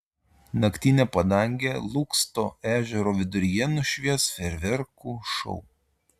naktinę padangę lūksto ežero viduryje nušvies fejerverkų šou